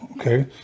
okay